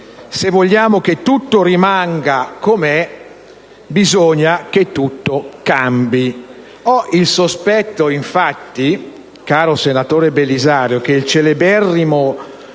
se vogliamo che tutto rimanga com'è, bisogna che tutto cambi. Ho il sospetto, infatti, caro senatore Belisario, che il celeberrimo